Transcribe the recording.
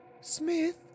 Smith